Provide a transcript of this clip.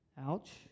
Ouch